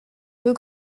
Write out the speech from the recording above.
deux